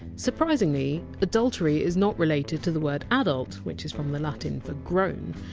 surprisingly! adultery! is not related to the word! adult! which is from the latin for! grown!